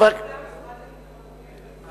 כלפי המשרד לביטחון פנים בלבד היתה השאלה שלי.